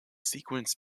sequence